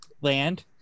land